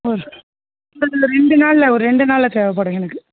ஆ இல்லைல்ல ரெண்டு நாளில் ஒரு ரெண்டு நாளில் தேவைப்படும் எனக்கு